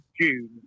June